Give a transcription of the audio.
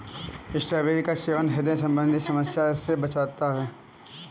strawberry का सेवन ह्रदय संबंधी समस्या से बचाता है